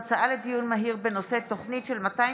דיון מהיר בהצעתו של חבר הכנסת אחמד טיבי בנושא: